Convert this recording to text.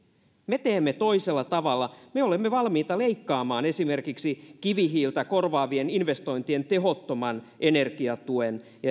me teemme toisella tavalla me olemme valmiita leikkaamaan esimerkiksi kivihiiltä korvaavien investointien tehottoman energiatuen